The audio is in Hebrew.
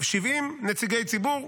70 נציגי ציבור,